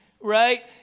right